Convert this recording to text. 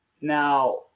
now